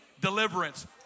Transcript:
deliverance